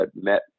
met